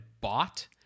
bought